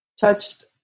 touched